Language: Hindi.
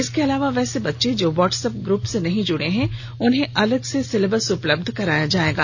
इसके अलावा वैसे बच्चे जो व्हाट्सएप ग्रुप से नहीं जुड़े हैं उन्हें अलग से सिलेबस उपलब्ध कराया जायेगा